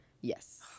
Yes